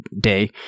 day